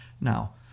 Now